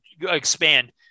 expand